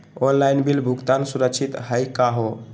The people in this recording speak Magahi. ऑनलाइन बिल भुगतान सुरक्षित हई का हो?